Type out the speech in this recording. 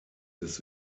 des